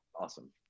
awesome